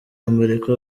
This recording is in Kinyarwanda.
amerika